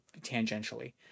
tangentially